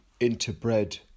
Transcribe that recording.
interbred